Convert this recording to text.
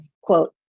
quote